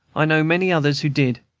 i know many others who did,